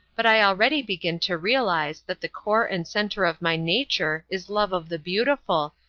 but i already begin to realize that the core and center of my nature is love of the beautiful,